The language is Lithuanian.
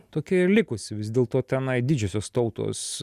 tokia ir likusi vis dėlto tenai didžiosios tautos